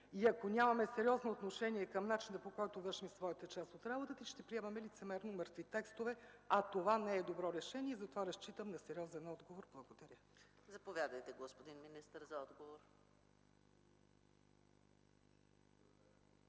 и ако нямаме сериозно отношение към начина, по който вършим своята част от работата, ще приемаме лицемерно мъртви текстове, а това не е добро решение. Затова разчитам на сериозен отговор. Благодаря. ПРЕДСЕДАТЕЛ ЕКАТЕРИНА МИХАЙЛОВА: Господин